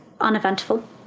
uneventful